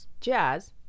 jazz